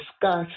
discuss